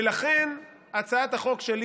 ולכן הצעת החוק שלי